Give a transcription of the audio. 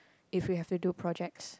if we have to do projects